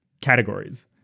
categories